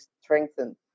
strengthened